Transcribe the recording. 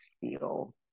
feel